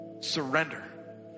Surrender